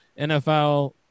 NFL